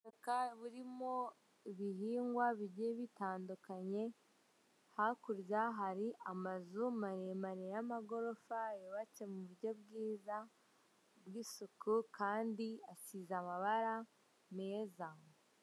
Ubutaka burimo ibihingwa bigiye bitandukanye, hakurya hari amazu maremare y'amagorofa yubatse mu buryo bwiza bw'isuku kandi asize amabara meza.